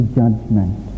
judgment